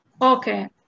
Okay